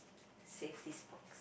save this box